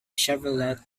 chevrolet